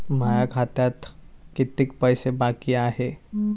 माया खात्यात कितीक पैसे बाकी हाय?